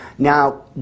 Now